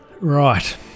right